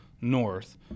north